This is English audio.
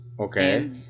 okay